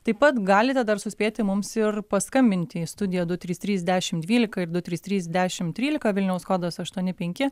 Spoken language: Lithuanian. taip pat galite dar suspėti mums ir paskambinti į studiją du trys trys dešimt dvylika ir du trys trys dešimt trylika vilniaus kodas aštuoni penki